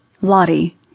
Lottie